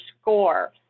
score